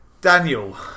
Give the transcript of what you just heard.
daniel